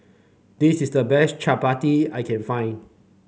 this is the best Chaat Papri I can find